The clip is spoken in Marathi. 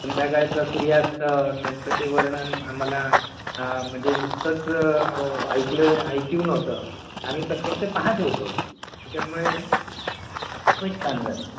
संध्याकाळचा सूर्यास्त त्यांचं ते वर्णन आम्हाला म्हणजे नुसतंच ऐकलं ऐकीव नव्हतं आम्ही प्रत्यक्ष पाहात होतो त्याच्यामुळे खूपच छान झालं